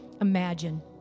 imagine